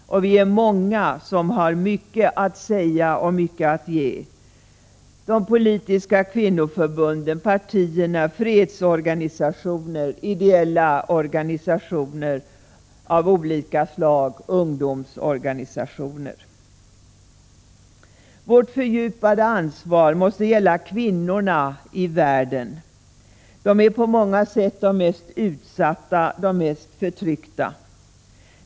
Vi är många som har mycket att säga och mycket att ge: politiska kvinnoförbund, partier, fredsorganisationer, ideella organisationer av olika slag, ungdomsorganisationer. Vårt fördjupade ansvar måste gälla kvinnorna i världen. De är på många sätt de mest utsatta, de mest förtryckta.